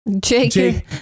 Jake